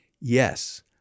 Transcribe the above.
yes